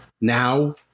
now